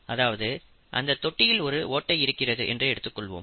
அதாவது அந்த தொட்டியில் ஒரு ஓட்டை இருக்கிறது என்று எடுத்துக்கொள்வோம்